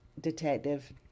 Detective